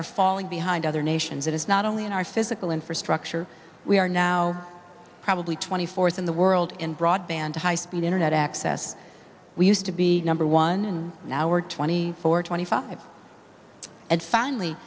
are falling behind other nations it is not only in our physical infrastructure we are now probably twenty fourth in the world in broadband high speed internet access we used to be number one and now we're twenty four twenty five and finally